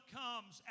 comes